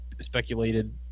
speculated